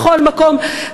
בכל מקום,